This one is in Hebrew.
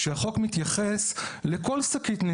אנחנו לא רוצים שיחלקו שקיות מנייר.